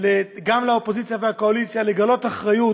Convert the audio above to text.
גם לאופוזיציה ולקואליציה לגלות אחריות,